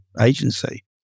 agency